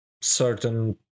certain